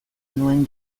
nuen